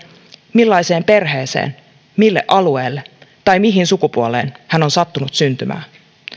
millaiseen perheeseen mille alueelle tai mihin sukupuoleen hän on sattunut syntymään